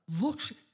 looks